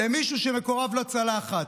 למישהו שמקורב לצלחת.